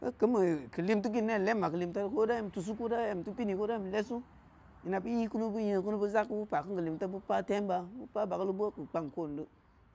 Boo kinbeu keu lim geu ne lemma keu keu limta geu koda em tusu ko da em teu bini ko da em lesu ina beu i kunu beu nyekunu beu zaku beu pakin keu limta beu patemba beu pah bagalu beu keu kpang ko’on de